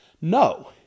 No